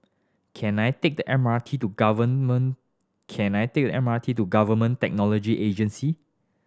can I take the M R T to can I take the M R T to Government Technology Agency